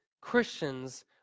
Christians